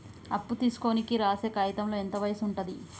అప్పు తీసుకోనికి రాసే కాయితంలో ఎంత వయసు ఉంటది?